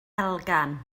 elgan